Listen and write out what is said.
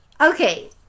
Okay